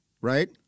right